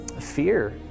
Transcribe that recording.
fear